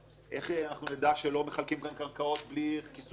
איך נדע שלא יחולקו פה קרקעות בלי כיסוי עלויות,